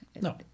No